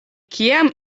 kiam